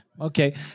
Okay